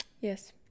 Yes